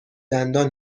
دندان